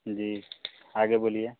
जी आगे बोलिए